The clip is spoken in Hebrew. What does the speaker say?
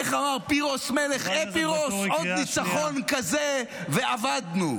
איך אמר פירוס מלך אפירוס: עוד ניצחון כזה ואבדנו.